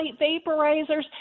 vaporizers